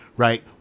Right